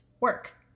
work